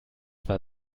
war